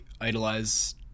idolize